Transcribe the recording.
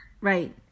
right